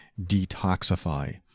detoxify